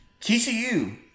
TCU